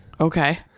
Okay